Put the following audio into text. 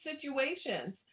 situations